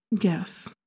yes